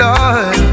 Lord